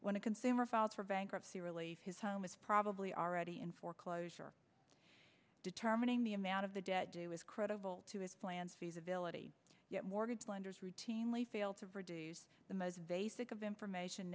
when a consumer filed for bankruptcy relief his home is probably already in foreclosure determining the amount of the debt due as credible to his plans feasibility mortgage lenders routinely fail to produce the most basic of information